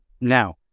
Now